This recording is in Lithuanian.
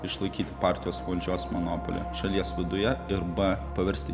išlaikyti partijos valdžios monopolį šalies viduje irba paversti